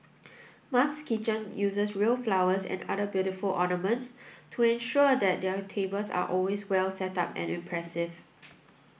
Mum's Kitchen uses real flowers and other beautiful ornaments to ensure that their tables are always well setup and impressive